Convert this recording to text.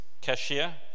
cashier